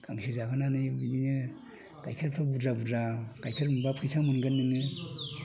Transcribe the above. गांसो जाहोनै बिदिनो गाइखेरफोर बुरजा बुरजा गाइखेर मोनबा फैसा मोनगोन नोङो